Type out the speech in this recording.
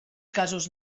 casos